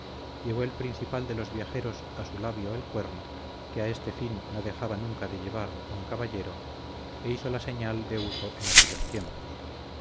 llegó el principal de los viajeros a su labio el cuerno que a este fin no dejaba nunca de llevar un caballero e hizo la señal de uso en aquellos tiempos